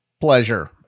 pleasure